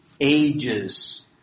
ages